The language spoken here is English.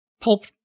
pulp